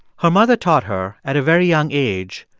her mother taught her, at a very young age,